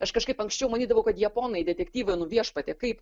aš kažkaip anksčiau manydavau kad japonai detektyvai nu viešpatie kaip